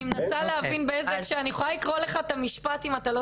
אני יכולה לקרוא לך את המשפט אם אתה לא